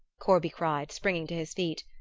corby cried, springing to his feet.